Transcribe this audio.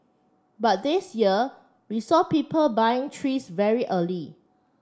but this year we saw people buying trees very early